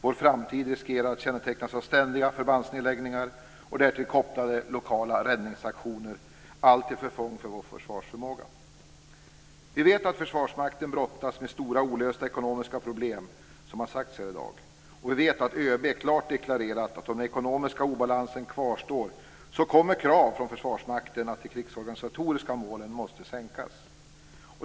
Vi riskerar att få en framtid kännetecknad av ständiga förbandsnedläggningar och därtill kopplade lokala räddningsaktioner, allt till förfång för vår försvarsförmåga. Som sagts här i dag brottas Försvarsmakten med stora olösta ekonomiska problem. ÖB har klart deklarerat att om den ekonomiska obalansen kvarstår, kommer krav från Försvarsmakten på att de krigsorganisatoriska målen måste reduceras.